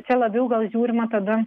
čia labiau gal žiūrima tada